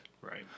Right